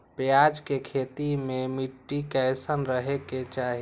प्याज के खेती मे मिट्टी कैसन रहे के चाही?